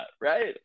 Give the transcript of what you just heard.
right